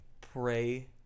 pray